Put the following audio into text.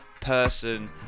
person